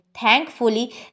Thankfully